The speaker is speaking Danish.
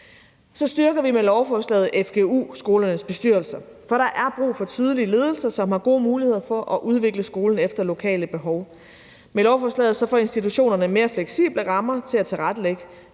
Så styrker vi med lovforslaget fgu-skolernes bestyrelser. For der er brug for tydelige ledelser, som har gode muligheder for at udvikle skolerne efter lokale behov. Med lovforslaget får institutionerne mere fleksible rammer til lokalt at tilrettelægge